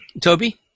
Toby